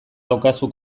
daukazu